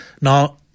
Now